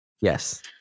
Yes